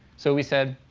so we said,